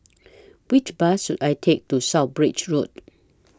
Which Bus should I Take to South Bridge Road